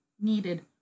needed